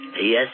Yes